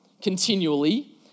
continually